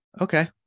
Okay